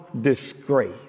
disgrace